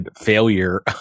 failure